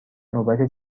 نوبت